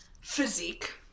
physique